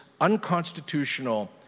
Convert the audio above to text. unconstitutional